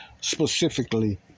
specifically